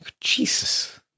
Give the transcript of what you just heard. Jesus